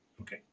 Okay